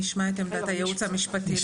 נשמע את עמדת הייעוץ המשפטי.